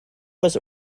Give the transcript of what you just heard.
was